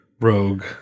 Rogue